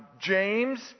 james